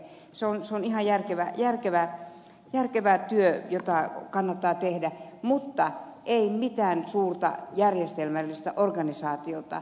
se on ihan järkevä työ jota kannattaa tehdä mutta ei mitään suurta järjestelmällistä organisaatiota